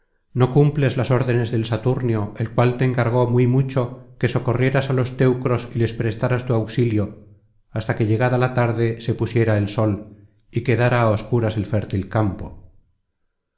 no cumples las órdenes del saturnio el cual te encargó muy mucho que socorrieras á los teucros y les prestaras tu auxilio hasta que llegada la tarde se pusiera el sol y quedara á obscuras el fértil campo